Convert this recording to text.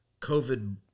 COVID